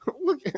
look